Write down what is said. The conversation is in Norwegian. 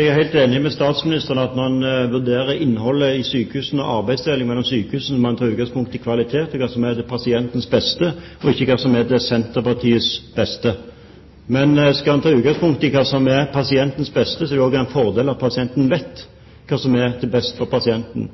Jeg er helt enig med statsministeren i at når man vurderer innholdet i sykehusene og arbeidsdelingen mellom sykehusene, må man ta utgangspunkt i kvalitet og hva som er til pasientens beste – ikke hva som er til Senterpartiets beste. Men skal man ta utgangspunkt i det som er til pasientens beste, vil det også være en fordel at pasienten vet hva som er det beste.